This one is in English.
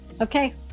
Okay